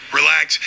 relax